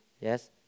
yes